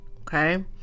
Okay